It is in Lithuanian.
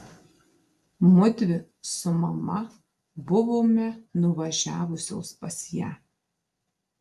mudvi su mama buvome nuvažiavusios pas ją